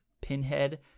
Pinhead